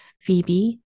Phoebe